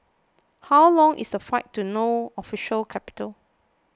how long is the flight to No Official Capital